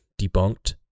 debunked